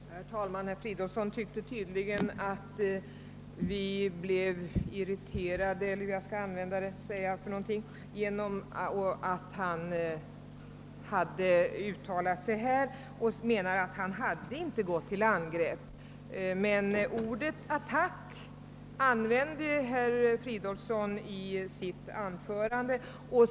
Herr talman! Herr Fridolfsson i Stockholm trodde tydligen att vi blev irriterade — eller hur jag skall uttrycka mig — av hans uttalande. Han vill göra gällande att han inte hade gått till angrepp. Men ordet attack använde herr Fridolfsson i sitt anförande.